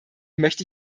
möchte